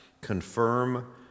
confirm